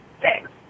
six